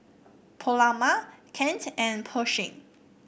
Paloma Kent and Pershing